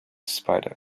spider